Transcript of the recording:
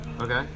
Okay